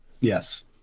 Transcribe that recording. Yes